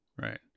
Right